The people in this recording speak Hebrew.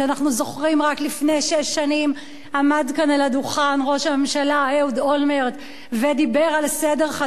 רק לפני שש שנים עמד כאן על הדוכן אהוד אולמרט ודיבר על סדר חדש בלבנון.